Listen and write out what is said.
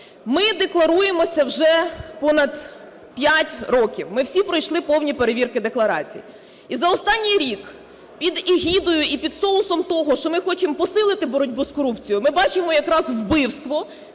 Ми декларуємося вже понад 5 років. Ми всі пройшли повні перевірки декларацій. І за останній рік під егідою і під соусом того, що ми хочемо посилити боротьбу з корупцією, ми бачимо якраз вбивство